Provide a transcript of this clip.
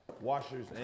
washers